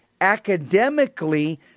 academically